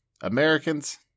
Americans